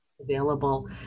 available